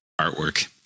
artwork